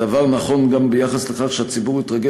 הדבר נכון גם ביחס לכך שהציבור התרגל